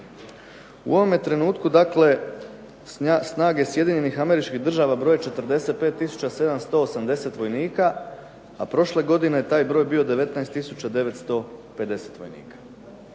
U ovome trenutku dakle snage Sjedinjenih Američkih Država broje 45 tisuća 780 vojnika, a prošle godine taj je broj bio 19 tisuća 950 vojnika.